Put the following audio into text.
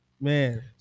man